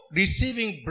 receiving